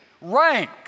rank